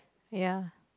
ya